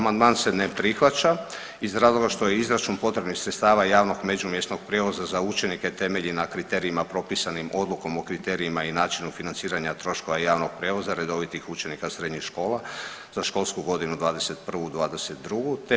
Amandman se ne prihvaća iz razloga što je izračun potrebnih sredstava javnog međumjesnog prijevoza za učenike temelji na kriterijima propisanim Odlukom o kriterijima i načinu financiranja troškova javnog prijevoza redovitih učenika srednjih škola za školsku godinu '21./'22. te prosječnim mjesečnim iznosima zahtjeva županija za plaćanje i sufinanciranje srednjoškolskog prijevoza u školskoj godini '20./'21.